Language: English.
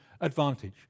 advantage